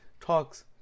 talks